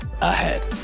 ahead